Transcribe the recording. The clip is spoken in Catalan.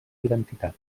identitat